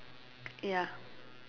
ya